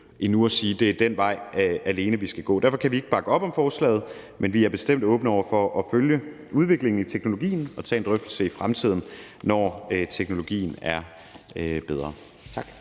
tidligt at sige, at det alene er den vej, vi skal gå. Derfor kan vi ikke bakke op om forslaget, men vi er bestemt åbne over for at følge udviklingen i teknologien og tage en drøftelse i fremtiden, når teknologien er bedre. Tak